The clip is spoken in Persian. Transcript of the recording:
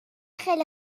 خیلی